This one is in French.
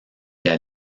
qu’à